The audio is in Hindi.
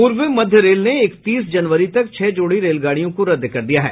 पूर्व मध्य रेल ने इकतीस जनवरी तक छह जोड़ी रेलगाड़ियों को रद्द कर दिया है